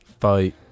fight